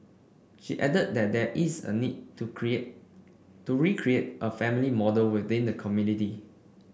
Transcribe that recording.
she added that there is a need to create to recreate a family model within the community